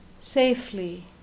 safely